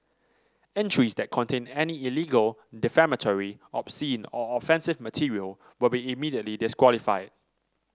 entries that contain any illegal defamatory obscene or offensive material will be immediately disqualified